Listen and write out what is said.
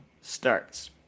starts